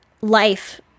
life